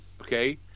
Okay